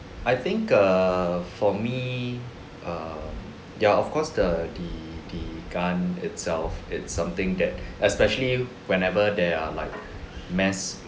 I think err for me err there are of course the the the gun itself it's something that especially whenever there are like mass